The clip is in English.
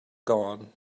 gone